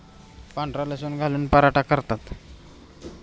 पांढरा लसूण घालून पराठा करतात